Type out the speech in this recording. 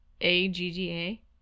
A-G-G-A